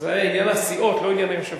במקרה הזה, זה עניין לסיעות, לא עניין ליושב-ראש,